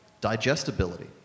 digestibility